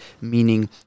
meaning